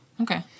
Okay